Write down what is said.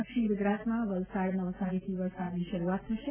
દક્ષિણ ગુજરાતમાં વલસાડ નવસારીથી વરસાદની શરૂઆત થશે